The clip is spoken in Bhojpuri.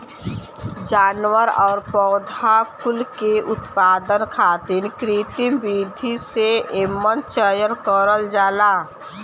जानवर आउर पौधा कुल के उत्पादन खातिर कृत्रिम विधि से एमन चयन करल जाला